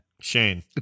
Shane